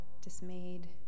dismayed